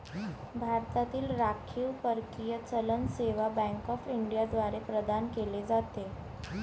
भारतातील राखीव परकीय चलन सेवा बँक ऑफ इंडिया द्वारे प्रदान केले जाते